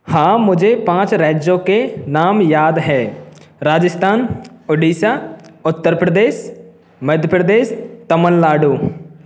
हाँ मुझे पाँच राज्यों के नाम याद है राजस्थान उड़ीसा उत्तर प्रदेश मध्य प्रदेश तमिलनाडु